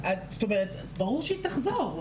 זאת אומרת ברור שהיא תחזור,